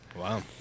Wow